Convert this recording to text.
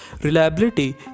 Reliability